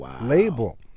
label